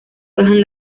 bajan